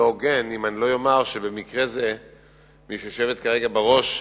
הוגן אם לא אומר שבמקרה זה מי שיושבת כרגע בראש,